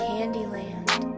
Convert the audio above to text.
Candyland